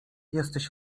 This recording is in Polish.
jesteś